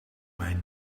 mij